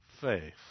faith